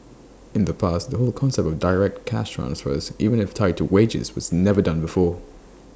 in the past that whole concept of direct cash transfers even if tied to wages was never done before